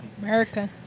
America